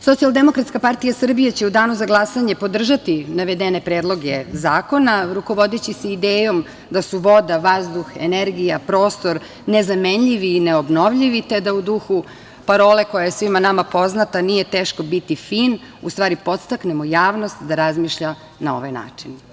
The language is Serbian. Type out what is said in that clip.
Socijaldemokratska partija Srbije će u danu za glasanje podržati navedene predloge zakona, rukovodeći se idejom da su voda, vazduh, energija, prostor nezamenljivi i neobnovljivi, te da u duhu parole koja je svima nama poznata „nije teško biti fin“ u stvari podstaknemo javnost da razmišlja na ovaj način.